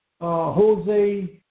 Jose